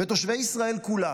ותושבי ישראל כולה